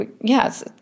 Yes